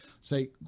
say